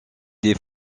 des